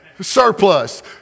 Surplus